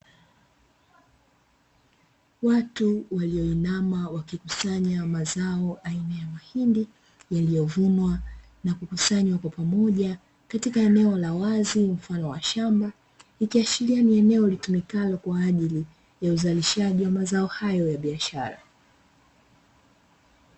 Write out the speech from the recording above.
Watu walioinama wakikusanya mazao aina ya mahindi yaliyovunwa na kukusanywa kwa pamoja katika eneo la wazi mfano wa shamba, ikiashiria ni eneo litumikalo kwa ajili ya uzalishaji wa mazao hayo ya biashara.